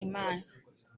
imana